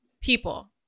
people